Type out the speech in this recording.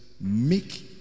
Make